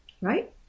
right